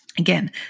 Again